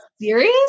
serious